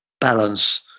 balance